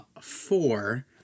four